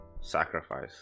sacrifice